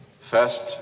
first